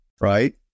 right